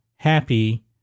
Happy